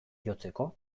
jotzeko